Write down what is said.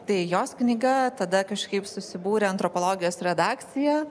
tai jos knyga tada kažkaip susibūrė antropologijos redakcija